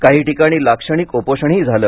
काही ठिकाणी लाक्षणिक उपोषणंही झालं